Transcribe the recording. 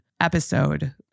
episode